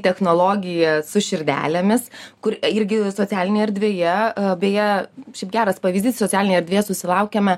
technologija su širdelėmis kur irgi socialinėje erdvėje beje šiaip geras pavyzdys socialinėje erdvėje susilaukėme